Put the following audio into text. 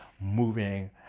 moving